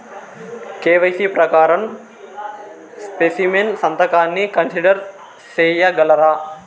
KYC ప్రకారం specimen సంతకాన్ని consider సేయగలరా?